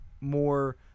more